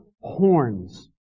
horns